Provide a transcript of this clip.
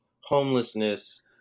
homelessness